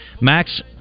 Max